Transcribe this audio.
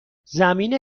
زمین